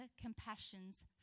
compassions